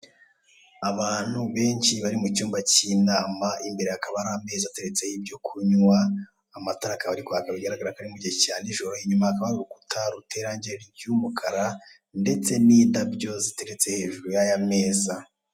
Abantu benshi bari mucyumba cy'inama, imbere hakaba hari ameza ateretseho ibyo kunywa amatara akaba ari kwaka bigaragara ko ari mugihe cya nijoro inyuma hakaba hari urukuta ruteye irange ry'umukara ndetse n'indabyo ziteretse hajuru y'aya meza.